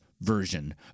version